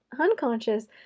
unconscious